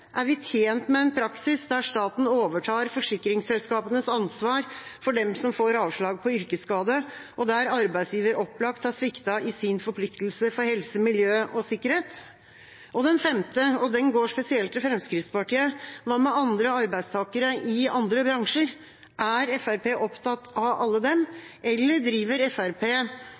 Er vi tjent med en praksis der staten overtar forsikringsselskapenes ansvar for dem som får avslag på yrkesskade, og der arbeidsgiveren opplagt har sviktet i sin forpliktelse for helse, miljø og sikkerhet? Denne utfordringen går først og fremst til Fremskrittspartiet. Hva med arbeidstakere i andre bransjer? Er Fremskrittspartiet opptatt av alle dem, eller driver